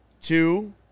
Two